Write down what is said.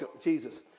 Jesus